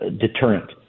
deterrent